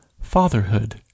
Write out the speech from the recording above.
fatherhood